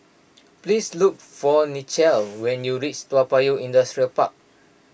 please look for Nichelle when you reach Toa Payoh Industrial Park